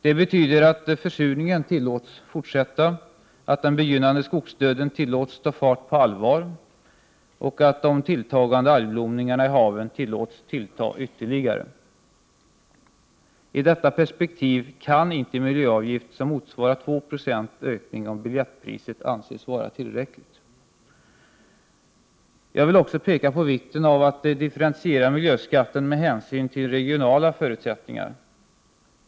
Det betyder att försurningen tillåts fortsätta, att den begynnande skogsdöden tillåts ta fart på allvar och att de tilltagande algblomningarna i haven tillåts tillta ytterligare. I detta perspektiv kan inte en miljöavgift som motsvarar en ökning på 2 26 av biljettpriset anses vara tillräcklig. Jag vill också peka på vikten av att differentiera miljöskatten med hänsyn till regionala förutsättningar.